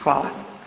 Hvala.